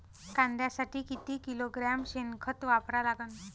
कांद्यासाठी किती किलोग्रॅम शेनखत वापरा लागन?